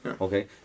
okay